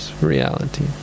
reality